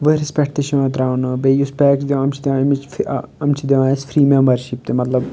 ؤریَس پٮ۪ٹھ تہِ چھِ یِوان ترٛاونہٕ بیٚیہِ یُس پیک چھِ دِوان یِم چھِ دِوان اَمِچ یِم چھِ دِوان أسۍ فرٛی مٮ۪مبَرشِپ تہِ مطلب